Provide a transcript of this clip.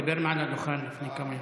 הוא דיבר מעל הדוכן לפני כמה ימים.